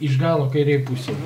iš galo kairėj pusėj